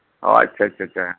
ᱚ ᱟᱪᱷᱟ ᱟᱪᱷᱟ ᱦᱮᱸ